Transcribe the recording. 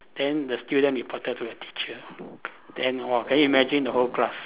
then the student reported to the teacher then !wah! can you imagine the whole class